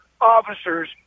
officers